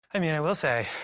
i mean i will say,